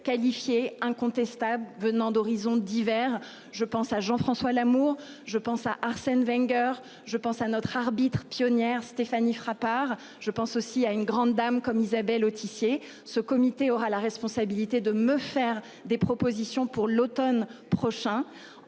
qualifiées incontestable venant d'horizons divers. Je pense à Jean François Lamour. Je pense à Arsène Wenger. Je pense à notre arbitre pionnière Stéphanie Frappart, je pense aussi à une grande dame comme Isabelle Autissier ce comité aura la responsabilité de me faire des propositions pour l'Automne prochain